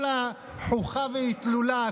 כל החוכא ואטלולא,